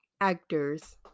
actors